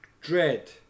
dread